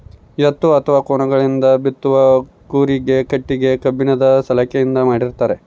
ಎತ್ತು ಅಥವಾ ಕೋಣಗಳಿಂದ ಬಿತ್ತುವ ಕೂರಿಗೆ ಕಟ್ಟಿಗೆ ಕಬ್ಬಿಣದ ಸಲಾಕೆಯಿಂದ ಮಾಡ್ತಾರೆ